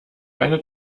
eine